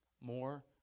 More